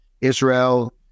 Israel